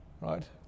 right